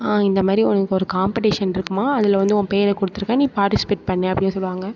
இந்த மாதிரி உனக்கு ஒரு காம்படிஷன்இருக்குமா அதில் வந்து உன் பேரை கொடுத்துருக்கேன் நீ பார்ட்டிஸ்பேட் பண்ணு அப்படின் சொல்லுவாங்க